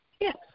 yes